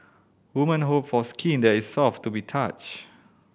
women hope for skin that is soft to be touch